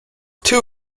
too